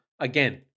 again